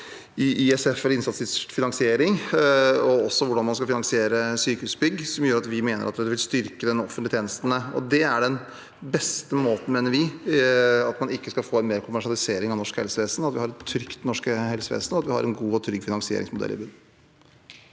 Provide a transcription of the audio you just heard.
og i hvordan man skal finansiere sykehusbygg, som vi mener vil styrke de offentlige tjenestene. Vi mener det er den beste måten, for at man ikke skal få mer kommersialisering av norsk helsevesen: at vi har et trygt norsk helsevesen, og at vi har en god og trygg finansieringsmodell